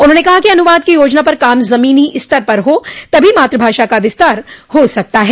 उन्होंने कहा कि अनुवाद की योजना पर काम जमीनी स्तर पर हो तभी मातृभाषा का विस्तार हो सकता है